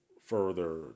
further